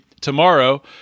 tomorrow